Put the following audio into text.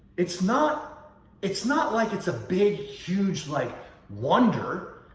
it's not it's not like it's a big, huge like wonder.